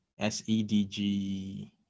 SEDG